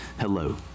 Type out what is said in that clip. hello